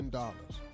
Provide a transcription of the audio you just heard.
dollars